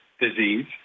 disease